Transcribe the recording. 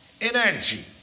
energy